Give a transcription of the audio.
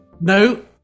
No